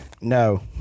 no